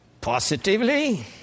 Positively